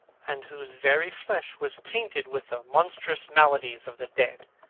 and whose very flesh was tainted with the monstrous maladies of the dead.